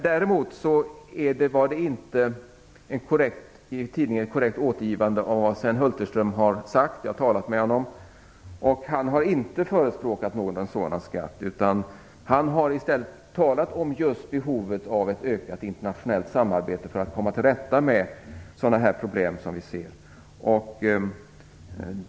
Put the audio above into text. Däremot var det inte i tidningen ett korrekt återgivande av vad Sven Hulterström har sagt, för jag har talat med honom. Han har inte förespråkat en sådan skatt, utan han har i stället talat om behovet av ett ökat internationellt samarbete för att komma till rätta med sådana här problem.